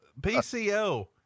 pco